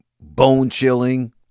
bone-chilling